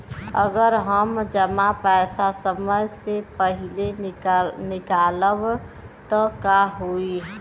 अगर हम जमा पैसा समय से पहिले निकालब त का होई?